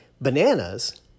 bananas